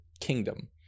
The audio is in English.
kingdom